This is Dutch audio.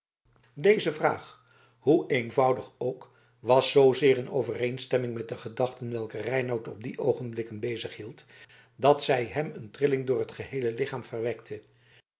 deze vraag hoe eenvoudig ook was zoozeer in overeenstemming met de gedachten welke reinout op die oogenblikken bezig hielden dat zij hem een trilling door het geheele lichaam verwekte